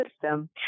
system